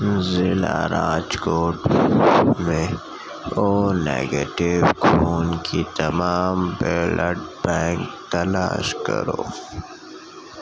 ضلع راجکوٹ میں O negative خون کے تمام بیلڈ بینک تلاش کرو